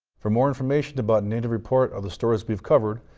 for more information about native report, or the stories we've covered,